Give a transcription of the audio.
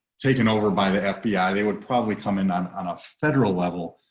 taken over by the fbi, they would probably come in on on a federal level.